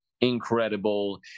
incredible